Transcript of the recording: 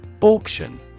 Auction